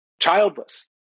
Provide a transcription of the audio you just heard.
childless